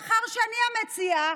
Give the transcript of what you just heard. ומאחר שאני המציעה,